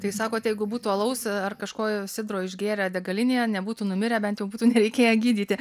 tai sakot jeigu būtų alaus ar kažkokio sidro išgėrę degalinėje nebūtų numirę bent jau būtų nereikėję gydyti